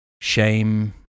shame